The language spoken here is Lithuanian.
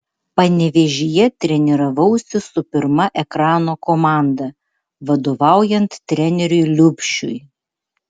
panevėžyje treniravausi su pirma ekrano komanda vadovaujant treneriui liubšiui